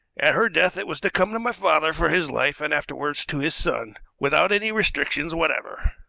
at her death it was to come to my father for his life, and afterward to his son, without any restrictions whatever.